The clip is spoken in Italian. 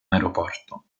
aeroporto